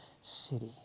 city